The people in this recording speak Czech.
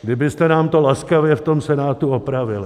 Kdybyste nám to laskavě v tom Senátu opravili.